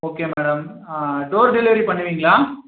okay madam ஆ door delivery பண்ணுவீங்களா